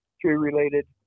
tree-related